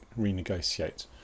renegotiate